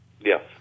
Yes